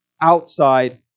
outside